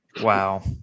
wow